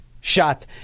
Shot